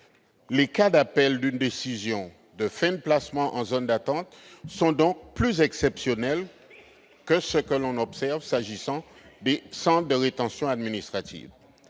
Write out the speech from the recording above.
Les cas d'appel d'une décision de fin de placement en zone d'attente sont donc plus exceptionnels que ce que l'on observe s'agissant des placements en centre de rétention administrative.